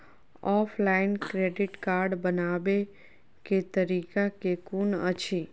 Offline credit card बनाबै केँ तरीका केँ कुन अछि?